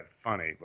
funny